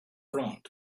front